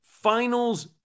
finals